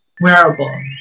wearable